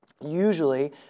Usually